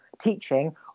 teaching